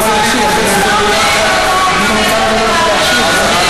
זה לא בא בחשבון, השר נואם נאום ולא עונה.